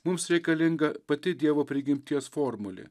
mums reikalinga pati dievo prigimties formulė